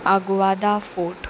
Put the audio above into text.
Aguada fort